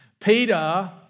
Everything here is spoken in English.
Peter